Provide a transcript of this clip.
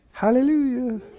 Hallelujah